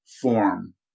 form